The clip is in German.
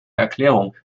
erklärung